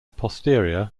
posterior